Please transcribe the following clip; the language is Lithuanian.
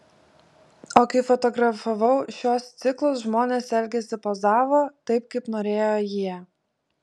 o kai fotografavau šiuos ciklus žmonės elgėsi pozavo taip kaip norėjo jie